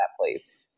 please